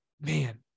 man